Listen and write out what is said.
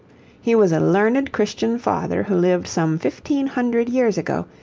he was a learned christian father who lived some fifteen hundred years ago,